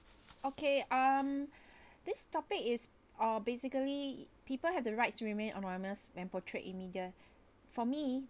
okay um this topic is uh basically people have the rights to remain anonymous when portrayed in media for me